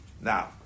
Now